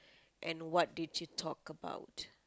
and what did you talk about